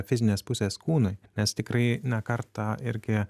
fizinės pusės kūnui nes tikrai ne kartą irgi